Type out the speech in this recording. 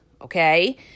okay